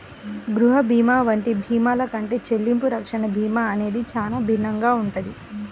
గృహ భీమా వంటి భీమాల కంటే చెల్లింపు రక్షణ భీమా అనేది చానా భిన్నంగా ఉంటది